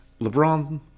LeBron